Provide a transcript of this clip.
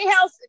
house